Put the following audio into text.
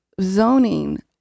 zoning